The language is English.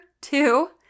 two